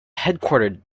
headquartered